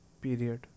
period